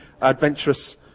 adventurous